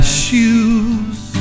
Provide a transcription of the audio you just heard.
shoes